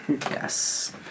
Yes